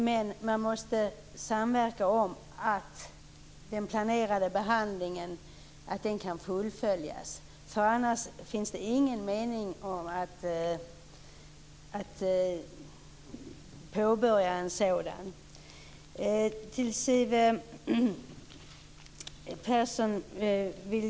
Men man måste samverka om att den planerade behandlingen kan fullföljas; annars finns det ingen mening med att påbörja en sådan.